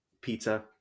pizza